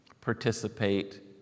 participate